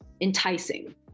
enticing